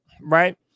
Right